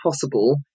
possible